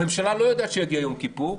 הממשלה לא יודעת שיגיע יום כיפור,